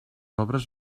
obres